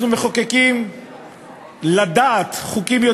אנחנו מחוקקים-לדעת חוקים,